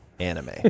anime